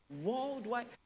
worldwide